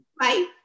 Bye